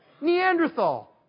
Neanderthal